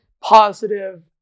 positive